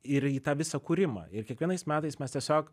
ir į tą visą kūrimą ir kiekvienais metais mes tiesiog